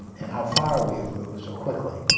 and how far we have moved so quickly.